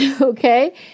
Okay